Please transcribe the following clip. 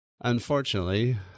Unfortunately